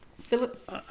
Philip